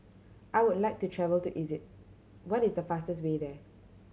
I would like to travel to Egypt what is the fastest way there